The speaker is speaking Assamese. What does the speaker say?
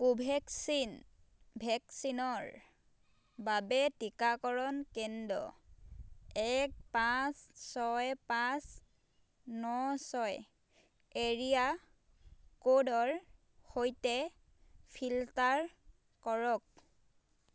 কোভেক্সিন ভেকচিনৰ বাবে টীকাকৰণ কেন্দ্ৰ এক পাঁচ ছয় পাঁচ ন ছয় এৰিয়া ক'ডৰ সৈতে ফিল্টাৰ কৰক